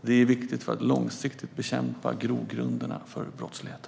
Det är viktigt för att långsiktigt bekämpa grogrunderna för brottsligheten.